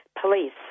police